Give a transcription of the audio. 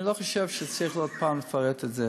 אני לא חושב שצריך עוד פעם לפרט את זה.